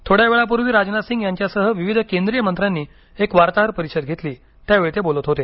थोड्या वेळापूर्वी राजनाथ सिंह यांच्यासह विविध केंद्रीय मंत्र्यांनी एक वार्ताहर परिषद घेतली त्यावेळी ते बोलत होते